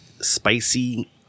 spicy